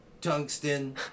tungsten